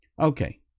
okay